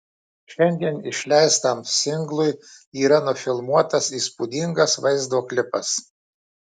šiandien išleistam singlui yra nufilmuotas įspūdingas vaizdo klipas